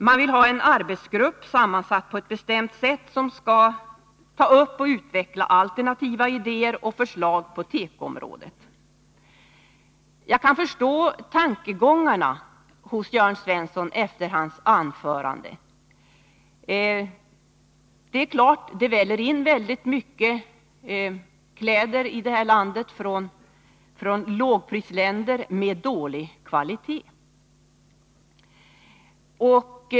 Man vill dessutom ha en arbetsgrupp, sammansatt på ett bestämt sätt, som skall ta upp och utveckla alternativa idéer och förslag på tekoområdet. Jag kan förstå Jörn Svenssons tankegångar efter hans anförande. Det väller in mycket kläder i landet från lågprisländer — det är klart — med dålig kvalitet.